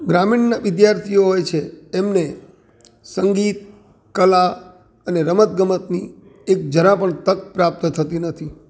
ગ્રામીણ વિદ્યાર્થીઓ હોય છે તેમને સંગીત કલા અને રમત ગમતની એક જરા પણ તક પ્રાપ્ત થતી નથી